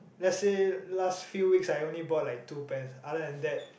lets say last few weeks I only bought like two pants other than that